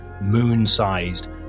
moon-sized